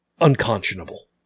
unconscionable